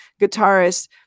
guitarist